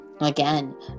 Again